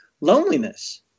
loneliness